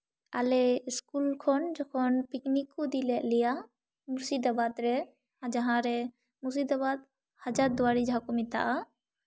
ᱟᱞᱮ ᱤᱥᱠᱩᱞ ᱠᱷᱚᱱ ᱡᱚᱠᱷᱚᱱ ᱯᱤᱠᱱᱤᱠ ᱠᱚ ᱤᱫᱤ ᱞᱮᱜ ᱞᱮᱭᱟ ᱢᱩᱨᱥᱤᱫᱟᱵᱟᱫ ᱨᱮ ᱡᱟᱦᱟᱸ ᱨᱮ ᱢᱩᱨᱥᱤᱫᱟᱵᱟᱫ ᱦᱟᱡᱟᱨ ᱫᱩᱣᱟᱨᱤ ᱡᱟᱦᱟᱸ ᱠᱚ ᱢᱮᱛᱟᱜᱼᱟ